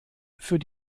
für